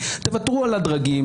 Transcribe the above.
תוותרו על הדרגים,